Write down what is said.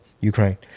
Ukraine